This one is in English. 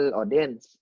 audience